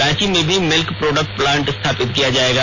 रांची में भी milk product plant स्थापित किया जायेगा